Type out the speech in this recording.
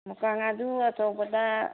ꯃꯨꯛꯀꯥ ꯉꯥꯗꯨ ꯑꯆꯧꯕꯗ